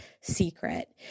secret